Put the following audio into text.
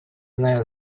знаю